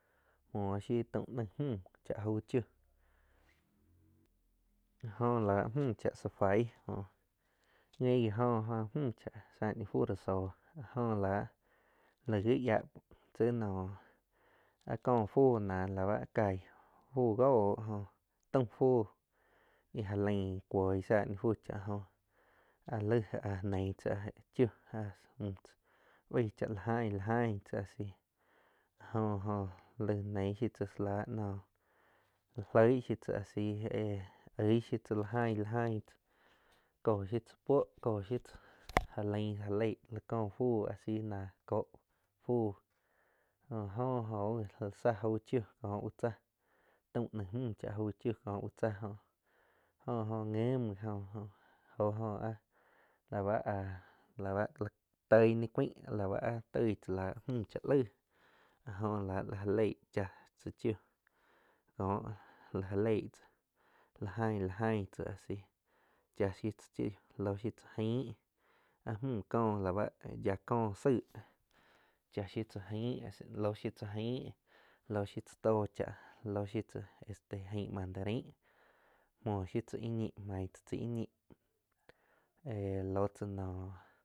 Muo shiu taum, naig mju chaa aug chiu, jo láh mju chaá sa fai ngui ji oh oh mju chaa sáh ni fú rá zóh jo láh laig yia gi nóh áh có fu ná lau bá caig fu gó jóh taum fuh ja leing kuoig sáh ni fu cha jó áh laig áh neig tzá chiú náh muh tzá baig cha la aing, la aing tzá a si jo-jo laig neig shiu tzá la ba noh loig shiu tzá asi éh oig shiu tzá la aing la aing tzá kó shiu tzá puó, ja lain jalei la có fu asi na cóh fu la ho oh ji tzá aug chiu ko úh tzáh taum naing mju cha aug chiu ko úh tzá, jo oh ngim muoh jo-jo áh la bá áh la toih ni cuaing la báh áh toig tsáh la mju cha laig áh jó láh la ja leig cha tzá chiú kó la ja leig tzá la aing, la aingg tzá asi cha shiu tzá chiu la shiu tzá aing áh mju ko la bá yá có tzaig cha shiu tzáh aing lo shiu tzá aing lo shiu tzá tó cha, lo shiu tzá este aing mandarain, muo shiu tzá a ñi maig tzá cha a ñi éh lo tsa naum.